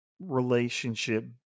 relationship